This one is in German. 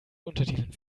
untertiteln